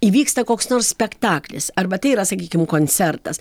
įvyksta koks nors spektaklisarba tai yra sakykim koncertas